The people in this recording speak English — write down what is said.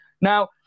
Now